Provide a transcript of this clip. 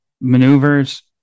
maneuvers